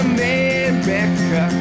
America